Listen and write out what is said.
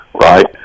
right